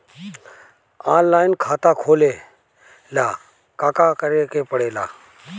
Online खाता खोले ला का का करे के पड़े ला?